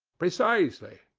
precisely.